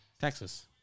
Texas